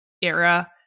era